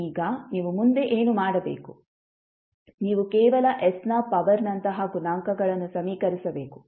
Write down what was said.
ಈಗ ನೀವು ಮುಂದೆ ಏನು ಮಾಡಬೇಕು ನೀವು ಕೇವಲ s ನ ಪವರ್ನಂತಹ ಗುಣಾಂಕಗಳನ್ನು ಸಮೀಕರಿಸಬೇಕು